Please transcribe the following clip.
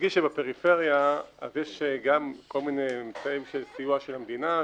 נדגיש שבפריפריה יש כל מיני אמצעי סיוע של המדינה,